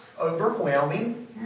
overwhelming